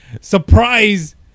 surprise